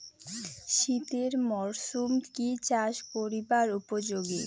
শীতের মরসুম কি চাষ করিবার উপযোগী?